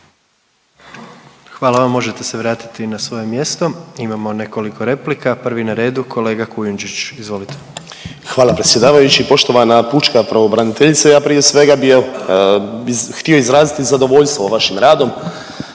Hvala vam, možete se vratiti na svoje mjesto. Imamo nekoliko replika, prvi na redu kolega Kujundžić. Izvolite. **Kujundžić, Ante (MOST)** Hvala predsjedavajući. Poštovana Pučka pravobraniteljice ja prije svega bi jel, htio izraziti zadovoljstvo vašim radom